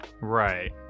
Right